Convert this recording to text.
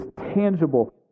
tangible